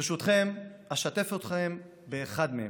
ברשותכם, אשתף אתכם באחד מהם: